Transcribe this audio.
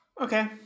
Okay